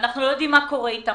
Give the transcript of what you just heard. ואנחנו לא יודעים מה קורה איתם.